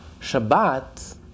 Shabbat